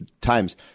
times